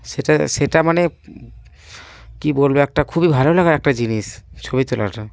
সেটা সেটা মানে কী বলব একটা খুবই ভালো লাগার একটা জিনিস ছবি তোলাটা